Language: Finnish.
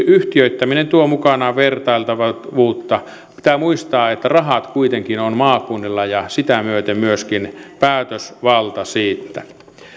yhtiöittäminen tuo mukanaan vertailtavuutta pitää muistaa että rahat kuitenkin on maakunnilla ja sitä myöten myöskin päätösvalta niistä